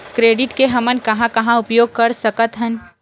Credit के हमन कहां कहा उपयोग कर सकत हन?